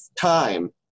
time